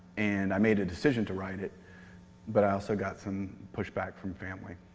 and i made a decision to write it but i also got some pushback from family.